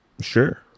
Sure